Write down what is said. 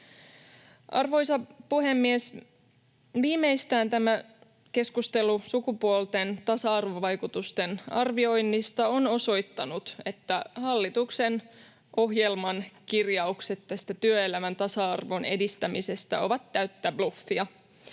Arvoisa puhemies! Viimeistään tämä keskustelu sukupuolten tasa-arvovaikutusten arvioinnista on osoittanut, että hallituksen ohjelman kirjaukset tästä työelämän tasa-arvon edistämisestä ovat täyttä bluffia.